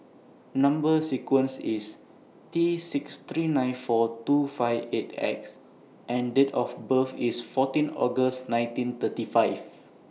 Number sequence IS T six three nine four two five eight X and Date of birth IS fourteen August nineteen thirty five